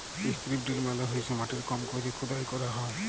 strip drill মালে হইসে মাটির কম কইরে খুদাই ক্যইরা হ্যয়